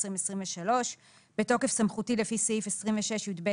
13 ביוני 2023. היום זו הישיבה השנייה שאנחנו מקיימים.